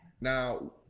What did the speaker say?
now